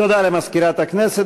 תודה למזכירת הכנסת.